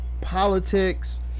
politics